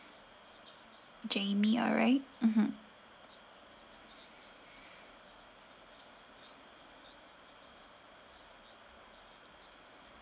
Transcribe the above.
jamie alright mmhmm